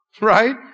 Right